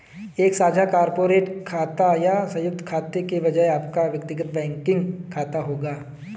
एक साझा कॉर्पोरेट खाते या संयुक्त खाते के बजाय आपका व्यक्तिगत बैंकिंग खाता होगा